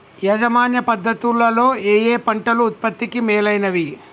యాజమాన్య పద్ధతు లలో ఏయే పంటలు ఉత్పత్తికి మేలైనవి?